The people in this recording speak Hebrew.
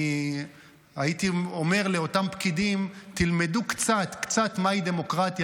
אני הייתי אומר לאותם פקידים: תלמדו קצת מה היא דמוקרטיה.